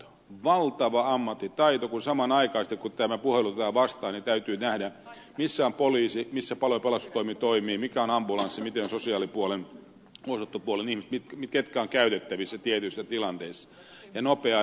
on valtava ammattitaito kun samanaikaisesti kun tämä puhelu otetaan vastaan täytyy nähdä missä on poliisi missä palo ja pelastustoimi toimii missä on ambulanssi miten sosiaalipuolen huostaanottopuolen ihmiset ketkä ovat käytettävissä tietyissä tilanteissa ja tarvitaan nopeaa reagointia